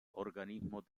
organismos